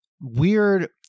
weird